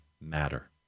matter